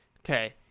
Okay